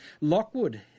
Lockwood